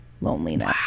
loneliness